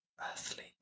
earthly